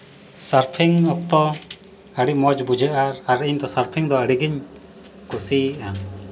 surfing ᱚᱠᱛᱚ ᱟᱹᱰᱤ ᱢᱚᱡᱽ ᱵᱩᱡᱷᱟᱹᱜᱼᱟ ᱟᱨ ᱤᱧ ᱫᱚ ᱥᱟᱨᱯᱷᱤᱝ ᱫᱚ ᱟᱹᱰᱤ ᱜᱮᱧ ᱠᱩᱥᱤᱭᱟᱜᱼᱟ